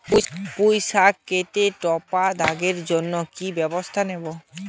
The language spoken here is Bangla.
পুই শাকেতে টপা দাগের জন্য কি ব্যবস্থা নেব?